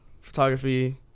photography